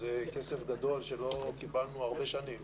זה כסף גדול שלא קיבלנו הרבה שנים.